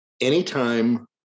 Anytime